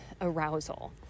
arousal